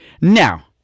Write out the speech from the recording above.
Now